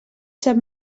sap